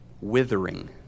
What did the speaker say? withering